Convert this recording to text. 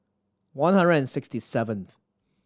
one hundred and sixty seventh